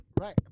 right